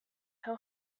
how